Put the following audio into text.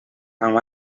amb